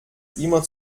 immer